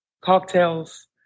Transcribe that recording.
cocktails